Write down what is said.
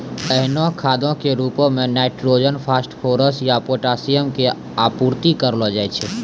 एहनो खादो के रुपो मे नाइट्रोजन, फास्फोरस या पोटाशियम के आपूर्ति करलो जाय छै